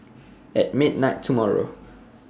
At midnight tomorrow